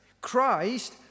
Christ